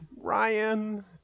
Ryan